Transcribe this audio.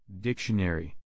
Dictionary